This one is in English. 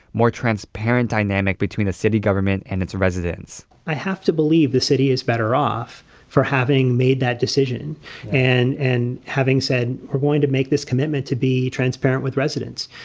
more transparent dynamic between the city government and it's residents i have to believe the city is better off for having made that decision and and having said, we're going to make this commitment to be transparent with residents.